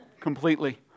completely